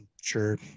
Sure